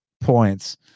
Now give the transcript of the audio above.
points